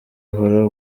uhora